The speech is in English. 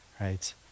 right